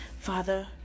Father